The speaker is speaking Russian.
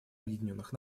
объединенных